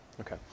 Okay